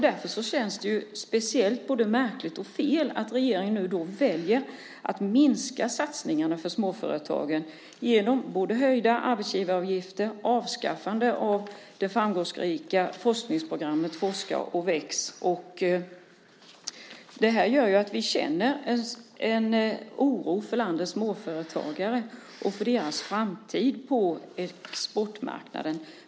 Därför känns det speciellt både märkligt och fel att regeringen nu väljer att minska satsningarna på småföretagen genom både höjda arbetsgivaravgifter och avskaffande av det framgångsrika forskningsprogrammet Forska och väx. Det här gör ju att vi känner en oro för landets småföretagare och för deras framtid på exportmarknaden.